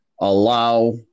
allow